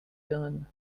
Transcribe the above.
done